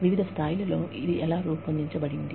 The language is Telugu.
వివిధ స్థాయిలలో ఇది ఎలా రూపొందించబడింది